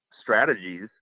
strategies